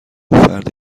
فردی